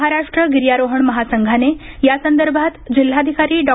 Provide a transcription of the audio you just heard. महाराष्ट्र गिर्यारोहण महासंघाने यासंदर्भात जिल्हाधिकारी डॉ